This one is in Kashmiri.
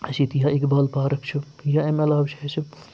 اَسہِ ییٚتہِ یا اقبال پارَک چھِ یا اَمہِ علاوٕ چھِ اَسہِ